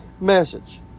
message